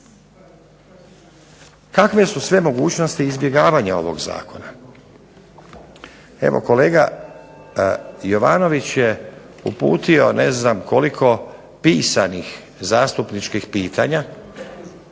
Kakve su sve mogućnosti izbjegavanja ovog zakona? Evo kolega Jovanović je uputio ne znam koliko pisanih zastupničkih pitanja